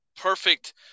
perfect